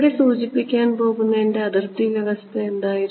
ഇവിടെ സൂചിപ്പിക്കാൻ പോകുന്ന എന്റെ അതിർത്തി വ്യവസ്ഥ എന്തായിരുന്നു